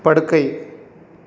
படுக்கை